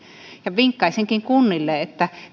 vinkkaisinkin kunnille että